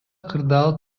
кырдаал